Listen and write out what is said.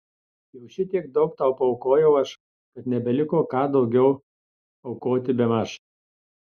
jau šitiek daug tau paaukojau aš kad nebeliko ką daugiau aukoti bemaž